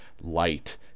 light